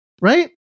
right